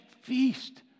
feast